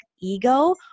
ego